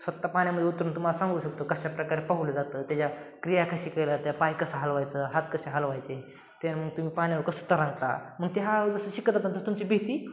स्वतः पाण्यामध्ये उतरून तुमहाला सांगू शकतो कशाप्रकारे पोहोलं जातं त्याच्या क्रिया कश्या केला जात्यात पाय कसे हलवायचे हात कसे हलवायचे ते मग तुम्ही पाण्यावर कसं तरंगता मग त्या हळूहळू जसं शिकत जाता तसं तुमची भीती